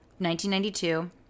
1992